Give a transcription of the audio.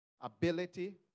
ability